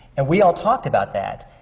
and we all talked about that.